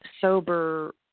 sober